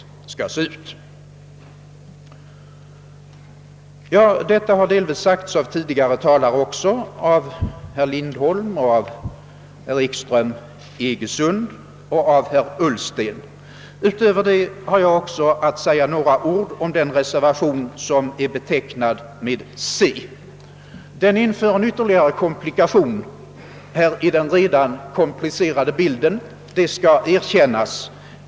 Herr talman! Detta har delvis sagts av tidigare talare — av herr Lindholm, av herr Ekström i Iggesund och av herr Ullsten. Jag har härutöver att säga några ord om reservationen 2 vid utskottets hemställan under C. Den inför ytterligare komplikationer i den redan komplicerade bilden — det skall erkännas.